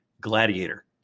Gladiator